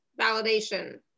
validation